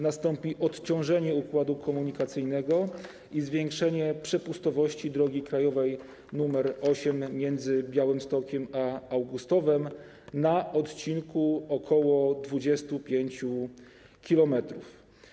Nastąpi odciążenie układu komunikacyjnego i zwiększenie przepustowości drogi krajowej nr 8 między Białymstokiem a Augustowem na odcinku ok. 25 km.